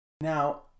Now